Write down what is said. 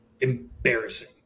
Embarrassing